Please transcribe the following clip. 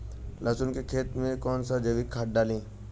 लहसुन के खेत कौन सा जैविक खाद डाली?